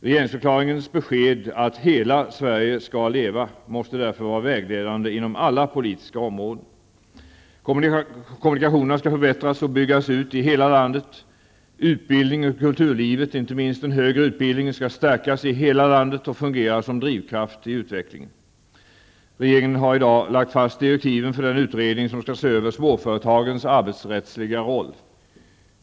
Regeringsförklaringens besked att hela Sverige skall leva måste därför vara vägledande inom alla politiska områden. Kommunikationerna skall förbättras och byggas ut i hela landet. Utbildningen och kulturlivet, inte minst den högre utbildningnen, skall stärkas i hela landet och fungera som drivkraft i utvecklingen. Regeringen har i dag lagt fast direktiven för den utredning, som skall se över småföretagens arbetsrättsliga roll.